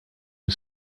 you